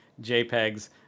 JPEGs